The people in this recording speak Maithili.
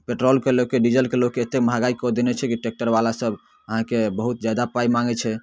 पेट्रोलके लऽ कऽ डीजलके लऽ कऽ एतेक महगाइ कऽ देने छै कि ट्रैक्टरवलासभ अहाँके बहुत ज्यादा पाइ माँगै छै